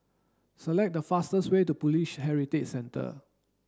select the fastest way to Police Heritage Centre